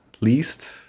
least